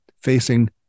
facing